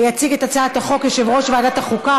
יציג את הצעת החוק יושב-ראש ועדת החוקה,